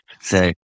say